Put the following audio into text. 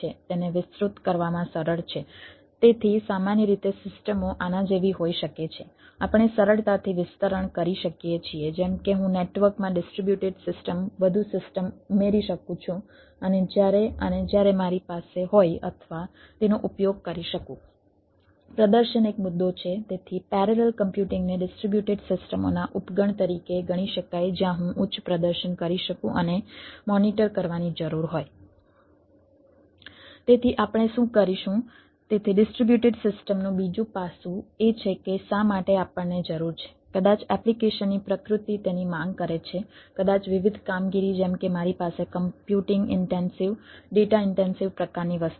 તેથી આપણે શું કરીશું તેથી ડિસ્ટ્રિબ્યુટેડ સિસ્ટમનું બીજું પાસું એ છે કે શા માટે આપણને જરુર છે કદાચ એપ્લિકેશનની પ્રકૃતિ તેની માંગ કરે છે કદાચ વિવિધ કામગીરી જેમ કે મારી પાસે કમ્પ્યુટિંગ ઇન્ટેન્સિવ પ્રકારની વસ્તુઓ છે